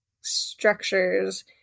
structures